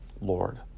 Lord